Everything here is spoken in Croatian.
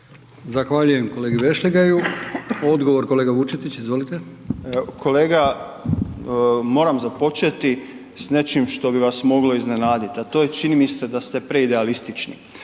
Zahvaljujem kolegi Vešligaju. Odgovor kolega Vučetić. Izvolite. **Vučetić, Marko (Nezavisni)** Kolega moram započeti s nečim što bi vas moglo iznenaditi, a to je čini mi se da ste preidealistični,